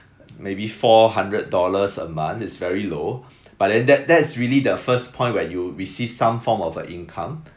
maybe four hundred dollars a month it's very low but then that that is really the first point when you receive some form of a income